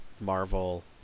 Marvel